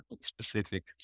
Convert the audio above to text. specific